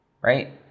Right